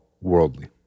worldly